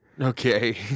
okay